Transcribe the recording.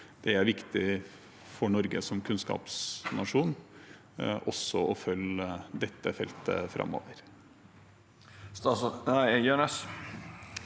Det er viktig for Norge som kunnskapsnasjon å følge også dette feltet framover.